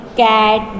cat